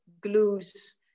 glues